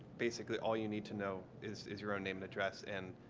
basically, all you need to know is is your own name and address and